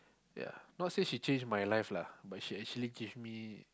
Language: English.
yea not say she change my life lah but she actually give me